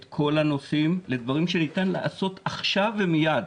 את כל הנושאים, לדברים שניתן לעשות עכשיו ומיד.